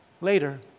Later